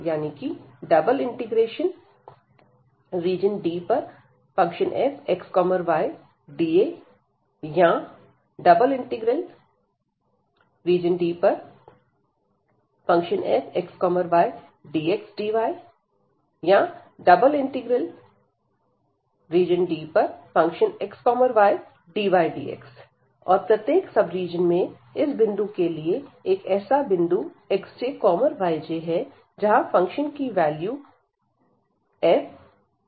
∬DfxydAOR∬DfxydxdyOR∬Dfxydydx और प्रत्येक sub region में इस बिंदु के लिए एक ऐसा बिंदु xj yj है जहां फंक्शन की वैल्यू fxj yj है